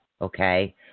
Okay